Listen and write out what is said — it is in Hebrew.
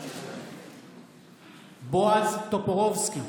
מתחייב אני בועז טופורובסקי,